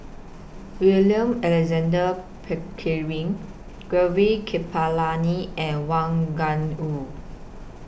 William Alexander Pickering Gaurav Kripalani and Wang Gungwu